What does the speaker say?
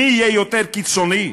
מי יהיה יותר קיצוני?